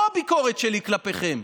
פה הביקורת שלי כלפיכם.